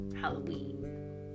Halloween